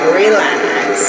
relax